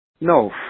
no